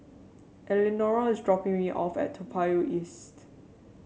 Eleanora is dropping me off at Toa Payoh East